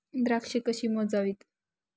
द्राक्षे कशी मोजावीत?